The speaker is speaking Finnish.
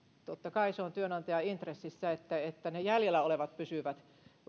totta kai se on työnantajan intressissä että että ne jäljellä olevat pysyvät